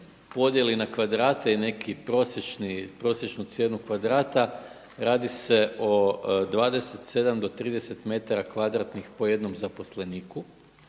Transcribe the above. podijeli na kvadrate i neku prosječnu cijenu kvadrata radi se o 27 do 30 metara kvadratnih po jednom zaposleniku.